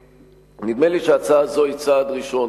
נדמה לי שההצעה הזאת היא צעד ראשון.